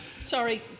Sorry